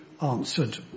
answered